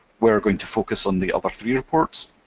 we are going to focus on the other three reports,